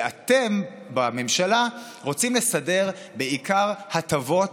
ואתם בממשלה רוצים לסדר בעיקר הטבות